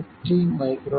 50